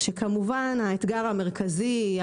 שכמובן האתגר המרכזי,